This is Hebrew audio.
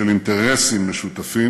של אינטרסים משותפים,